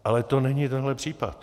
Ale to není tenhle případ.